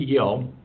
CEO